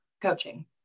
coaching